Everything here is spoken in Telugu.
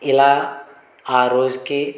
ఇలా ఆ రోజుకి